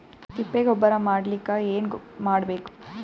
ತಿಪ್ಪೆ ಗೊಬ್ಬರ ಮಾಡಲಿಕ ಏನ್ ಮಾಡಬೇಕು?